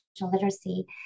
literacy